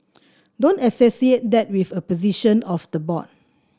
don't associate that with a position of the board